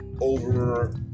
over